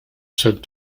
said